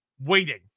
waiting